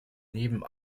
neben